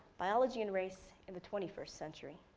biology and race in the twenty first century.